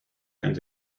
and